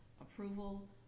approval